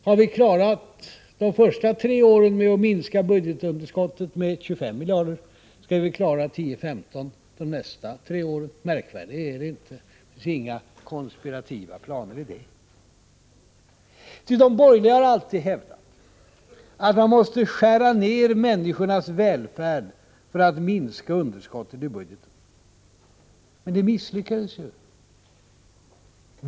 Har vi klarat att under de första tre åren minska budgetunderskottet med 25 miljarder skall vi väl klara 15 de nästa tre åren. Maärkvärdigare är det inte, och det finns inga konspirativa planer i det. De borgerliga har alltid hävdat att man måste skära ned människornas välfärd för att minska underskottet i budgeten. Men det misslyckades ju.